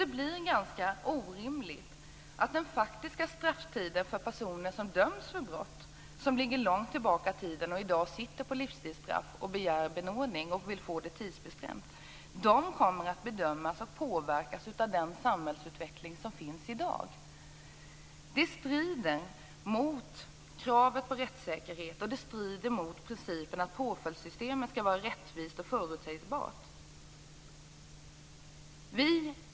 Det blir ganska orimligt med tanke på den faktiska strafftiden för personer som dömts för brott långt tillbaka i tiden och som i dag sitter på livstidsstraff. När dessa personer begär benådning och vill få en tidsbestämning kommer de att bedömas och påverkas av samhällsutvecklingen i dag. Detta strider mot kravet på rättssäkerhet och mot principen att påföljdssystemet skall vara rättvist och förutsägbart.